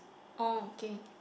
okay